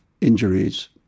injuries